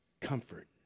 Comfort